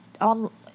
on